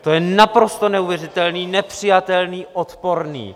To je naprosto neuvěřitelné, nepřijatelné, odporné.